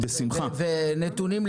בנק קטן,